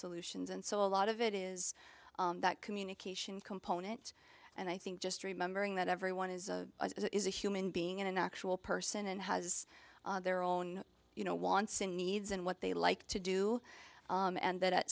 solutions and so a lot of it is that communication component and i think just remembering that everyone is a is a human being and an actual person has their own you know wants and needs and what they like to do and that at